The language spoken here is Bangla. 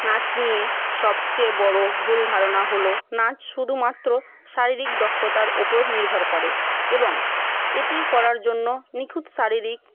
নাচ নিয়ে সবচেয়ে বড়ো ভুল ধারণা হল নাচ শুধুমাত্র শারীরিক দক্ষতার ওপর নির্ভর করে এবং এটি করার জন্য নিখুঁত শারীরিক